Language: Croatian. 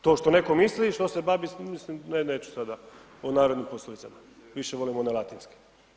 To što neko misli i što se babi, mislim, ne, ne neću sada o narodnim poslovicama, više volim one latinske.